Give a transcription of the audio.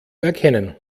erkennen